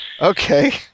Okay